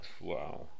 wow